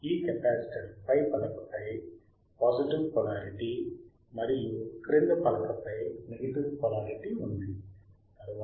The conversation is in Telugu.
ఈ కెపాసిటర్ పై పలకపై పాజిటివ్ పొలారిటీ మరియుక్రింద పలకపై నెగెటివ్ పొలారిటీ ఉంది